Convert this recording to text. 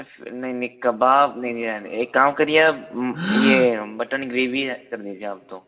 नहीं नहीं कबाब नहीं नहीं रहने एक काम करिए आप ये मटन ग्रेवी है कर दीजिए आप दो